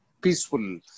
peaceful